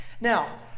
Now